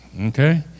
okay